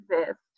exist